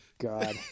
God